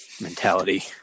mentality